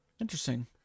Interesting